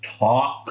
talk